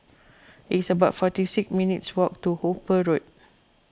it's about forty six minutes' walk to Hooper Road